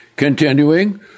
Continuing